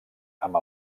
amb